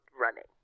running